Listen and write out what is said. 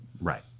Right